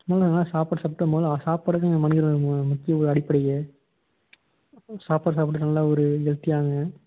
முதல்ல நல்லா சாப்பாடு சாப்பிட்டு முதல்ல சாப்பாடு தான் மனிதர்களுக்கு மு முக்கிய ஒரு அடிப்படையே சாப்பாடு சாப்பிட்டு நல்லா ஒரு ஹெல்த்தியாக இருங்கள்